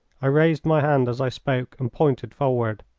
i raised my hand as i spoke and pointed forward.